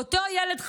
ואותו ילד חמוד,